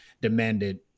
demanded